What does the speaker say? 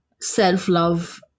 self-love